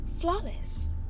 flawless